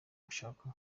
gushaka